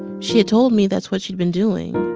she had told me that's what she'd been doing